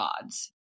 gods